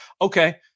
okay